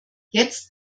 jetzt